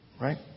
Right